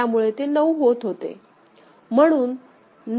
त्यामुळे ते नऊ होत होते